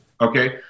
Okay